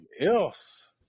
else